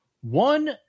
One